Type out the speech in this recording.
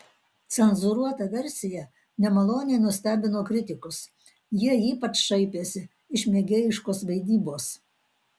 cenzūruota versija nemaloniai nustebino kritikus jie ypač šaipėsi iš mėgėjiškos vaidybos